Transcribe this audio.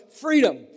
freedom